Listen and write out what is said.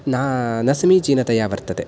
ना न समीचीनतया वर्तते